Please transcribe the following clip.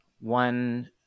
one